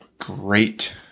great